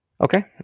Okay